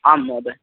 आम् महोदय